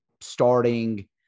starting